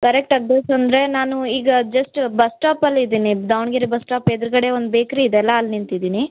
correct address ಅಂದರೆ ನಾನು ಈಗ ಜಸ್ಟ್ ಬಸ್ಟಾಪಲ್ಲಿ ಇದ್ದೀನಿ ದಾವಣಗೆರೆ ಬಸ್ಟಾಪ್ ಎದುರುಗಡೆ ಒಂದು ಬೇಕ್ರಿ ಇದೆಯಲ್ಲ ಅಲ್ಲಿ ನಿಂತಿದ್ದೀನಿ